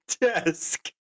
desk